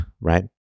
right